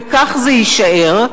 וכך זה יישאר.